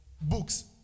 books